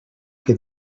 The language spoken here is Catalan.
que